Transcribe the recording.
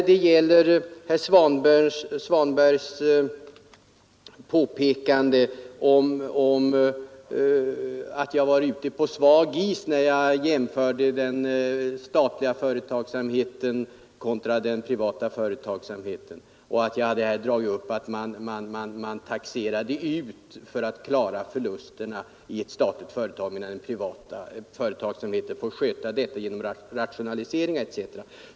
Herr Svanberg påstod att jag var ute på svag is när jag jämförde den statliga företagsamheten med den privata och sade att man taxerar ut pengar för att klara av förlusterna i ett statligt företag, medan den privata företagsamheten får sköta saken genom rationalisering etc.